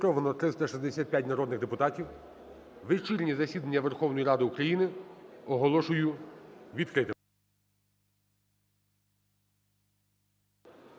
відкритим.